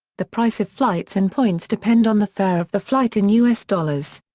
the price of flights in points depend on the fare of the flight in u s. dollars.